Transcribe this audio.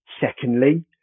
secondly